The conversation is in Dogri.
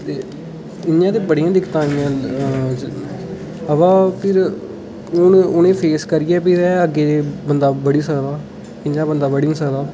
ते इं'या ते बड़ियां दिक्कतां आइयां अबा फ्ही हून उ'नें गी फेस करियै गै अग्गें बंदा बधी सकदा इं'या बंदा बधी निं सकदा